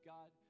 God